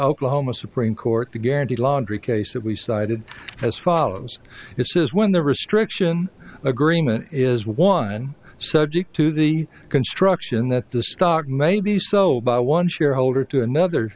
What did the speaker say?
oklahoma supreme court the gandy laundry case that we cited as follows it says when the restriction agreement is one subject to the construction that the stock may be so by one shareholder to another